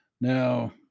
Now